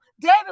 David